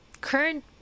current